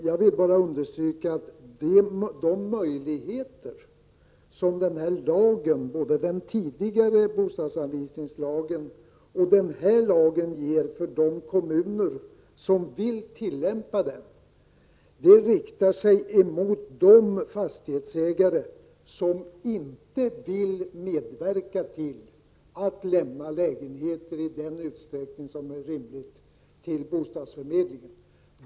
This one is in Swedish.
Jag vill bara understryka att både den tidigare bostadsanvisningslagen och den nu föreslagna lagen ger de kommuner som vill tillämpa den en möjlighet att förhandla med de fastighetsägare som inte vill medverka till att lämna lägenheter i rimlig utsträckning till bostadsförmedlingen.